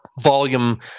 volume